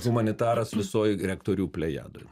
humanitaras visoj rektorių plejadoj